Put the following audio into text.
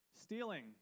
stealing